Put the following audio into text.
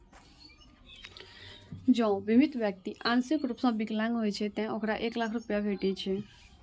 जौं बीमित व्यक्ति आंशिक रूप सं विकलांग होइ छै, ते ओकरा एक लाख रुपैया भेटै छै